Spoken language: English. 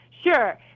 Sure